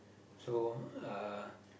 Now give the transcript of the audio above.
so uh